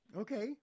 Okay